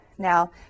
Now